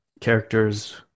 characters